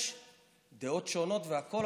יש דעות שונות והכול,